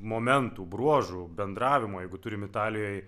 momentų bruožų bendravimo jeigu turim italijoj